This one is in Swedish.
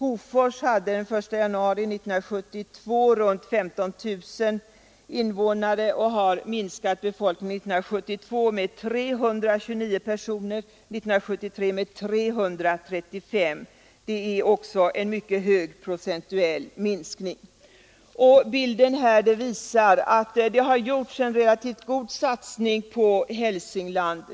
Hofors hade den 1 januari 1972 i runt tal 15 000 invånare och har minskat sin befolkning år 1972 med 329 personer och 1973 med 335 personer. Också det innebär en mycket hög procentuell minskning. Av den bild som jag nu visar på TV-skärmen framgår att det gjorts en relativt god satsning på Hälsingland.